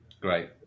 Great